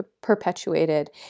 perpetuated